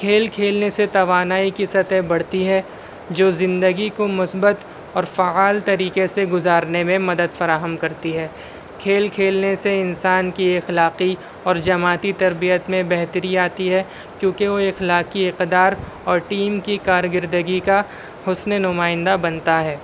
کھیل کھینے سے توانائی کی سطح بڑھتی ہے جو زندگی کو مثبت اور فعال طریقے سے گزارنے میں مدد فراہم کرتی ہے کھیل کھیلنے سے انسان کی اخلاقی اور جماعتی تربیت میں بہتری آتی ہے کیونکہ وہ اخلاقی اقدار اور ٹیم کی کارکردگی کا حسن نمائندہ بنتا ہے